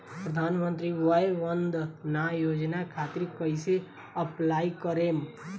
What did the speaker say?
प्रधानमंत्री वय वन्द ना योजना खातिर कइसे अप्लाई करेम?